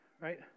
Right